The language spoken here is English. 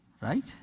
Right